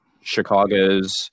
Chicago's